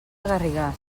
garrigàs